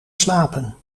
slapen